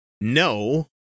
no